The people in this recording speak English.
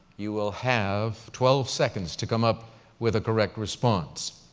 you will have twelve seconds to come up with a correct response.